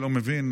שלא מבין,